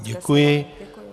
Děkuji.